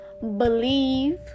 believe